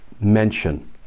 mention